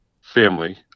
family